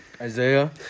Isaiah